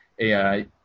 AI